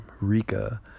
Rika